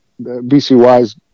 BCY's